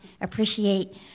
appreciate